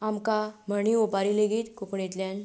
आमकां म्हणी ओंपारी लेगीत कोंकणींतल्यान